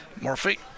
Murphy